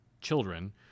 children